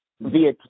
via